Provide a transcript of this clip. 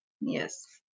yes